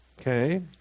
Okay